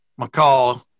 McCall